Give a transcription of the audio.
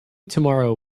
tomorrow